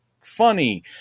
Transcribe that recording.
funny